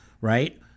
Right